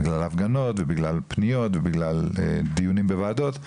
בגלל ההפגנות ובגלל פניות ובגלל דיונים בוועדות,